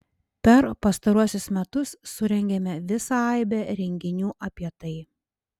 per pastaruosius metus surengėme visą aibę renginių apie tai